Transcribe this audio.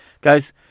Guys